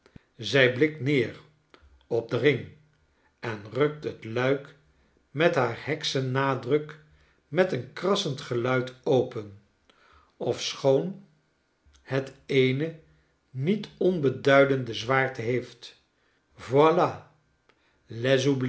zij blikt neer op den ring en rukt het luik met haar heksen nadruk met een krassend geluid open ofschoon het eene niet onbeduidende zwaarte heeft